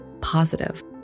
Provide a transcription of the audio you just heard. positive